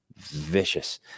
vicious